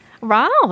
Wow